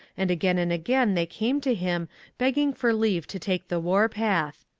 and again and again they came to him begging for leave to take the war-path.